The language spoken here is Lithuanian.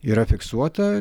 yra fiksuota